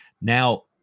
Now